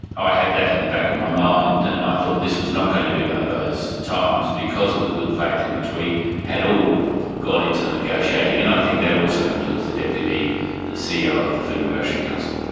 i had that in the back of my mind, and i thought this was not going to be one of those times because of the good faith in which we had all gone into the negotiating. and i think that also includes the deputy ceo of the food and grocery council,